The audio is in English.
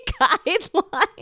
guidelines